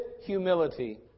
humility